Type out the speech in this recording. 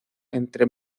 entre